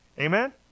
Amen